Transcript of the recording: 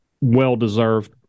well-deserved